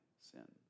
sin